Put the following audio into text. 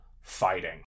fighting